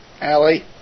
Allie